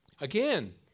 again